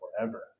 forever